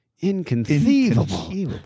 inconceivable